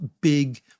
big